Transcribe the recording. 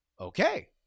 Okay